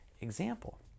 example